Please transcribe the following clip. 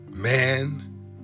Man